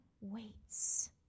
waits